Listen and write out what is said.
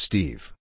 Steve